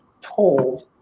told